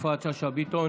יפעת שאשא ביטון.